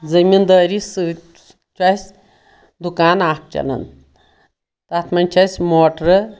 زٔمیٖندٲری سۭتۍ چھُ اَسہِ دُکان اکھ چلان تتھ منٛز چھِ اَسہِ موٹرٕ